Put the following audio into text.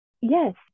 Yes